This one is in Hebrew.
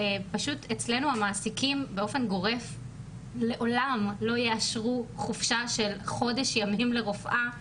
אצלנו המעסיקים באופן גורף לעולם לא יאשרו חופשה של חודש ימים לרופאה,